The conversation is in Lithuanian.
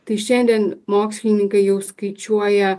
tai šiandien mokslininkai jau skaičiuoja